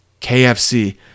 KFC